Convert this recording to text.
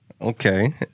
Okay